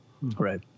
Right